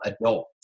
adult